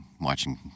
watching